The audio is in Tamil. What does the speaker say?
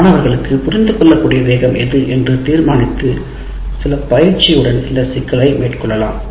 மாணவர்களுக்கு புரிந்துகொள்ள கூடிய வேகம் எது என்று தீர்மானித்து சில பயிற்சியுடன் இந்த சிக்கலை மேற்கொள்ளலாம்